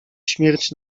śmierć